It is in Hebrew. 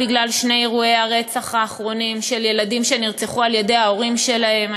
בגלל שני אירועי הרצח האחרונים של ילדים שנרצחו על-ידי ההורים שלהם.